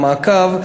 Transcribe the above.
המעקב,